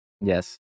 Yes